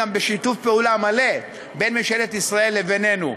גם בשיתוף פעולה מלא בין ממשלת ישראל לבינינו.